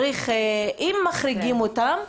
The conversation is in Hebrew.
אם מחריגים אותם,